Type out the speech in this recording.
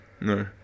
No